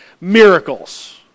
miracles